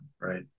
right